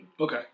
Okay